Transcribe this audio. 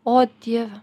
o dieve